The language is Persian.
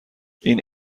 این